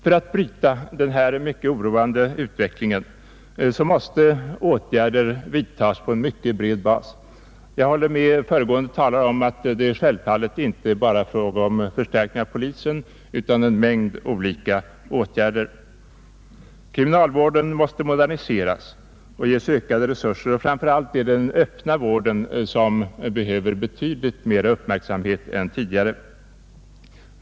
För att bryta denna mycket oroande utveckling måste åtgärder vidtas på en mycket bred basis. Jag håller med föregående talare om att det självfallet inte bara är fråga om en förstärkning av polisen utan om en mängd olika åtgärder. Kriminalvården måste moderniseras och ges ökade resurser, och framför allt behöver den öppna vården betydligt större uppmärksamhet än tidigare.